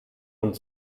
und